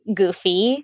goofy